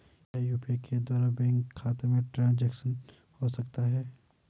क्या यू.पी.आई के द्वारा बैंक खाते में ट्रैन्ज़ैक्शन हो सकता है?